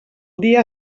dia